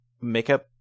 makeup